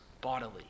bodily